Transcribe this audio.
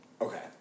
Okay